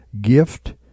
gift